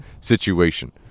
situation